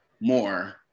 more